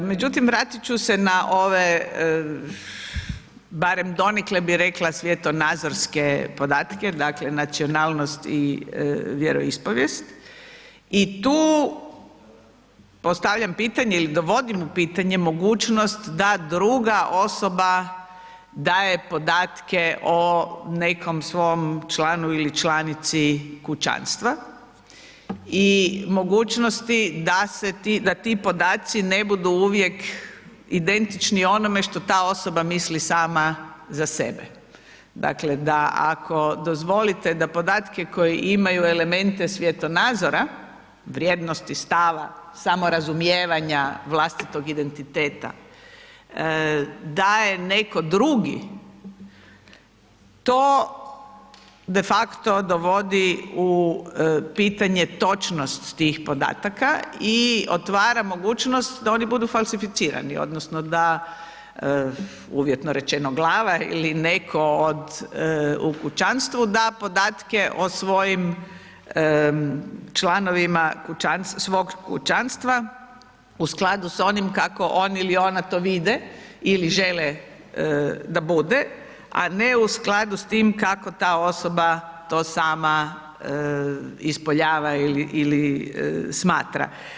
Međutim, vratit ću se na ove, barem donekle bi rekla, svjetonazorske podatke, dakle nacionalnost i vjeroispovijest i tu postavljam pitanje ili dovodim u pitanje mogućnost da druga osoba daje podatke o nekom svom članu ili članici kućanstva i mogućnosti da se ti, da ti podaci ne budu uvijek identični onome što ta osoba misli sama za sebe, dakle da ako dozvolite da podatke koji imaju elemente svjetonazora, vrijednosti, stava, samorazumijevanja vlastitog identiteta daje neko drugi, to defakto dovodi u pitanje točnost tih podataka i otvara mogućnost da oni budu falsificirani odnosno da, uvjetno rečeno, glava ili neko od, u kućanstvu, da podatke o svojim članovima kućanstva, svog kućanstva u skladu s onim kako on ili ona to vide ili žele da bude, a ne u skladu s tim kako ta osoba to sama ispoljava ili, ili smatra.